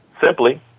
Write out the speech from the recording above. simply